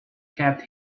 kept